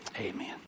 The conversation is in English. Amen